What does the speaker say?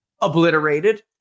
obliterated